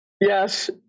Yes